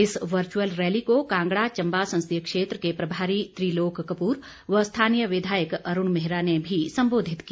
इस virtual rally को कांगड़ा चम्बा संसदीय क्षेत्र के प्रभारी त्रिलोक कपूर व स्थानीय विधायक अरूण मेहरा ने भी सम्बोधित किया